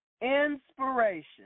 Inspiration